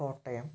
Kottayam